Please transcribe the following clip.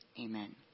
amen